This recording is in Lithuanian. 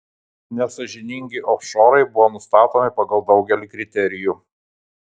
nesąžiningi ofšorai buvo nustatomi pagal daugelį kriterijų